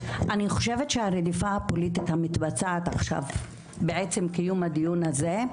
אני חושבת שהרדיפה הפוליטית המתבצעת עכשיו בעצם קיום הדיון הזה,